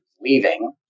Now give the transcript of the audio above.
leaving